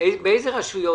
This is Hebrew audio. באיזה רשויות?